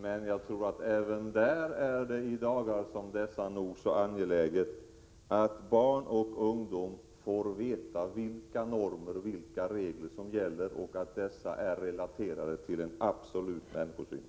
Men även där är det i dessa dagar nog så angeläget att barn och ungdomar får veta vilka normer och regler som gäller och att dessa är relaterade till en absolut människosyn.